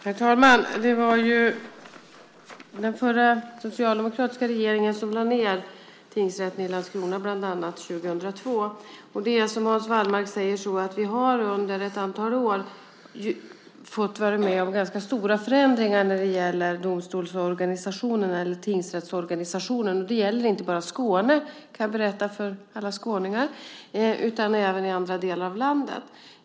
Herr talman! Det var ju den förra socialdemokratiska regeringen som lade ned bland annat tingsrätten i Landskrona 2002. Som Hans Wallmark säger har vi under ett antal år varit med om ganska stora förändringar när det gäller tingsrättsorganisationen. Det gäller inte bara Skåne, kan jag berätta för alla skåningar, utan även andra delar av landet.